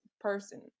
person